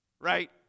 Right